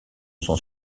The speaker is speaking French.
sont